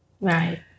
Right